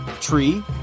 Tree